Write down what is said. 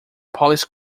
police